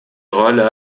rolle